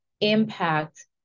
impact